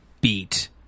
beat